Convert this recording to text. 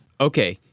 Okay